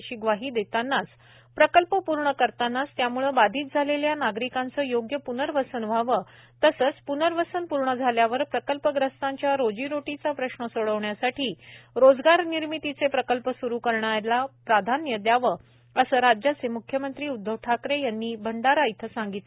अशी ग्वाही देतानाच प्रकल्प पूर्ण करतानाच त्यामुळे बाधित झालेल्या नागरिकांचे योग्य प्नर्वसन व्हावे तसेच प्नर्वसन पूर्ण झाल्यावर प्रकल्पग्रस्तांच्या रोजीरोटीचा प्रश्न सोडविण्यासाठी रोजगार निर्मितीचे प्रकल्प स्रू करण्याला प्राधान्य दयावे असे राज्याचे मुख्यमंत्री उदधव ठाकरे यांनी भंडारा येथे सांगीतले